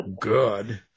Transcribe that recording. good